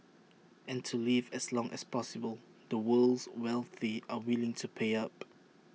and to live as long as possible the world's wealthy are willing to pay up